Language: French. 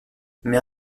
mais